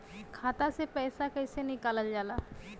खाता से पैसा कइसे निकालल जाला?